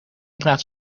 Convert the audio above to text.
plaats